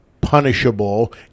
punishable